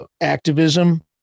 activism